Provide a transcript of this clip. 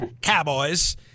Cowboys